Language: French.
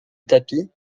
tapis